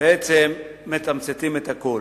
בעצם מתמצתים את הכול.